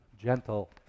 gentle